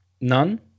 None